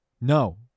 No